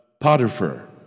Potiphar